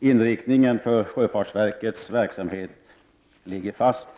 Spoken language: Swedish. Inriktningen för sjöfartsverkets verksamhet ligger fast.